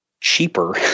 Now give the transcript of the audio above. cheaper